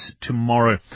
tomorrow